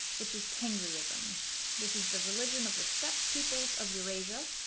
which is tengri-ism this is the religion of the steppe peoples of eurasia,